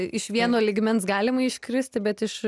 iš vieno lygmens galima iškrist bet iš